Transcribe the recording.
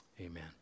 Amen